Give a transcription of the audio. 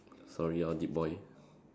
sorry ah deep boy